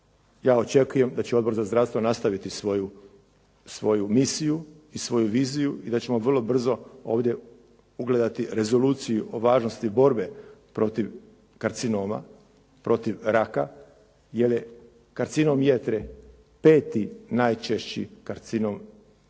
ja očekujem da će Odbor za zdravstvo nastaviti svoju misiju i svoju viziju i da ćemo vrlo brzo ovdje ugledati rezoluciju o važnosti borbe protiv karcinoma, protiv raka jer je karcinom jetre peti najčešći karcinom diljem